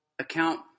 account